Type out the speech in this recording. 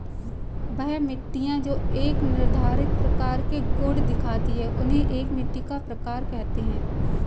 वह मिट्टियाँ जो एक निर्धारित प्रकार के गुण दिखाती है उन्हें एक मिट्टी का प्रकार कहते हैं